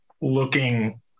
looking